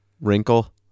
wrinkle